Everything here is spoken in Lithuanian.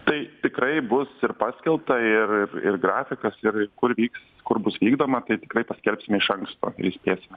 tai tikrai bus ir paskelbta ir ir grafikas ir kur vyks kur bus vykdoma tai tikrai paskelbsime iš anksto ir įspėsime